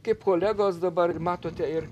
kaip kolegos dabar matote ir